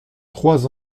trois